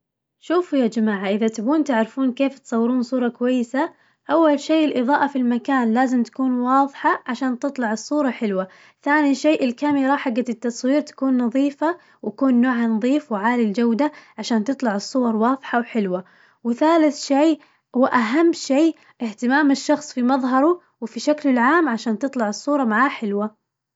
شوفوا يا جماعة إذا تبون تعرفون كيف تصورون صورة كويسة أول شي الإظاءة في المكان لازم تكون واظحة عشان تطلع الصورة حلوة، ثاني شي الكاميرا حقة التصوير تكون نظيفة ويكون نوعها نظيف وعالي الجودة عشان تطلع الصور واظحة وحلوة، وثالث شي وأهم شي اهتمام الشخص في مظهره وفي شكله العام عشان تطلع الصورة معاه حلوة.